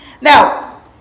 Now